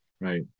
Right